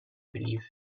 believe